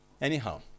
Anyhow